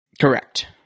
Correct